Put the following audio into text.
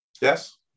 Yes